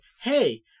hey